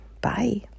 Bye